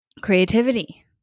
creativity